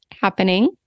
happening